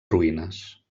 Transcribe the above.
ruïnes